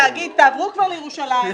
התאגיד תעברו כבר לירושלים,